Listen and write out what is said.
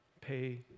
pay